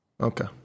Okay